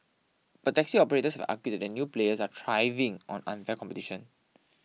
but taxi operators argued that the new players are thriving on unfair competition